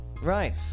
Right